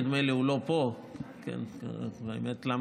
נדמה לי שהוא לא פה.